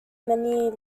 many